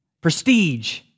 prestige